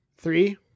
Three